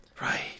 Right